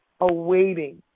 awaiting